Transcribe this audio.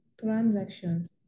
transactions